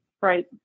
Right